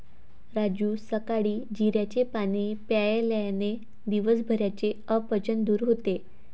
राजू सकाळी जिऱ्याचे पाणी प्यायल्याने दिवसभराचे अपचन दूर होते